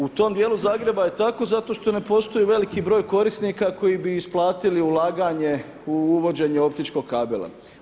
U tom djelu Zagreba je tako zato što ne postoji veliki broj korisnika koji bi isplatili ulaganje u uvođenje optičkog kabela.